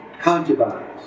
concubines